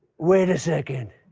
wait a second.